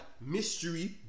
mystery